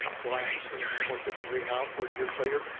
why i'm seen somewhat differently now, forty years later.